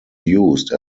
used